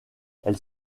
elle